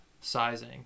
sizing